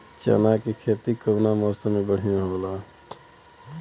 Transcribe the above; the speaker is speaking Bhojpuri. चना के खेती कउना मौसम मे बढ़ियां होला?